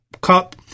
cup